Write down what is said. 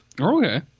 Okay